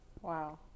Wow